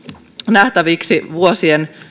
nähtäviksi vuosien